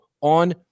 on